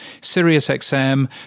SiriusXM